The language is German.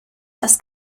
das